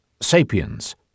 Sapiens